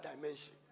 dimension